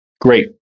great